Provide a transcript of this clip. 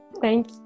Thank